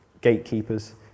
gatekeepers